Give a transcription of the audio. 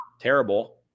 terrible